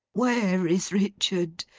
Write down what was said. where is richard?